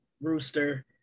Rooster